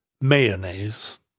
mayonnaise